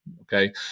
Okay